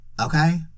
okay